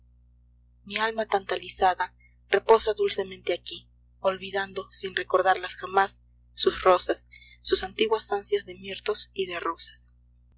mi alma tantalizada reposa dulcemente aquí olvidando sin recordarlas jamás sus rosas sus antiguas ansias de mirtos y de rosas